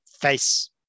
face